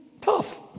tough